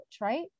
right